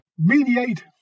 Mediate